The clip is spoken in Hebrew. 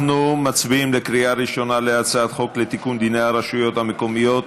אנחנו מצביעים בקריאה ראשונה על הצעת חוק לתיקון דיני הרשויות המקומיות